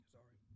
Sorry